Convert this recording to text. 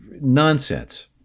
nonsense